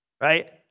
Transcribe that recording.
right